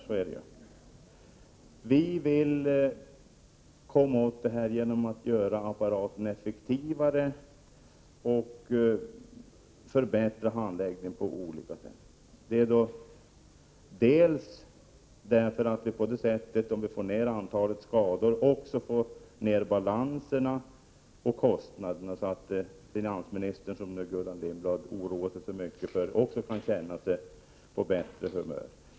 Vi socialdemokrater vill komma åt detta genom att göra försäkringsapparaten effektivare och förbättra handläggningen på olika sätt. Får vi ned antalet skador får vi också ned balanserna och kostnaderna. Då kan finansministern, som Gullan Lindblad oroar sig för, också känna sig på bättre humör.